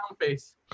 face